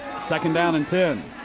second down and ten.